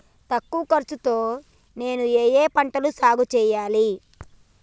తక్కువ ఖర్చు తో నేను ఏ ఏ పంటలు సాగుచేయాలి?